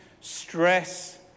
stress